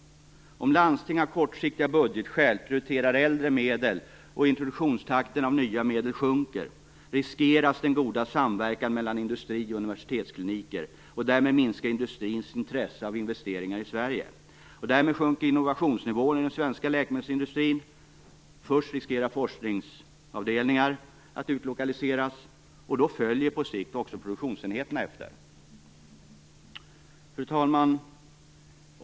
Om landstingen av kortsiktiga budgetskäl prioriterar äldre medel och om introduktionstakten av nya medel sjunker, riskeras den goda samverkan mellan industri och universitetskliniker. Därmed minskar industrins intresse av investeringar i Sverige och därmed sjunker innovationsnivån i den svenska läkemedelsindustrin. Först riskerar forskningsavdelningar att utlokaliseras, och sedan följer på sikt också produktionsenheterna efter. Fru talman!